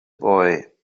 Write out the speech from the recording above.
boy